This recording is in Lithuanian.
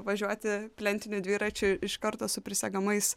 važiuoti plentiniu dviračiu iš karto su prisegamais